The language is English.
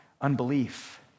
unbelief